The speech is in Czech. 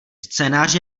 scénář